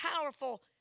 powerful